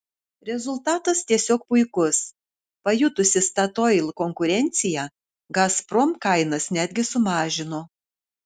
rezultatas tiesiog puikus pajutusi statoil konkurenciją gazprom kainas netgi sumažino